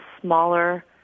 smaller